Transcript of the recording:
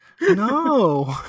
No